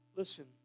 Listen